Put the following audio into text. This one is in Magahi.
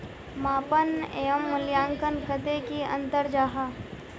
मापन एवं मूल्यांकन कतेक की अंतर जाहा?